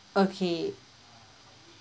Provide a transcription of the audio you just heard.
okay